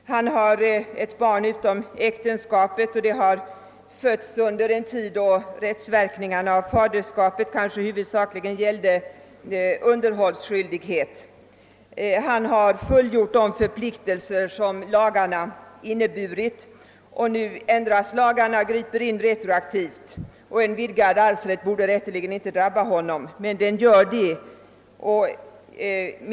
Han har ett barn utom äktenskapet som har fötts under en tid då rättsverkningarna av faderskapet kanske huvudsakligen gällde underhållsskyldighet. Han har fullgjort de förpliktelser som lagarna inneburit. Nu ändras lagarna, griper in retroaktivt, och en vidgad arvsrätt borde rätteligen inte drabba honom. Men det gör den.